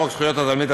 בחוק זכויות התלמיד,